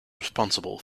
responsible